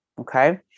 okay